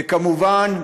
וכמובן,